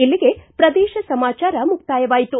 ಇಲ್ಲಿಗೆ ಪ್ರದೇಶ ಸಮಾಚಾರ ಮುಕ್ತಾಯವಾಯಿತು